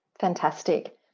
Fantastic